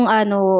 ano